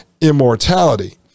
immortality